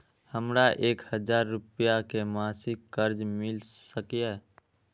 हमरा एक हजार रुपया के मासिक कर्ज मिल सकिय?